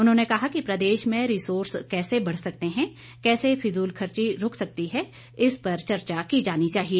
उन्होंने कहा कि प्रदेश में रिसोर्स कैसे बढ सकते हैं कैसे फिजूलखर्ची रूक सकती है इस पर चर्चा की जानी चाहिए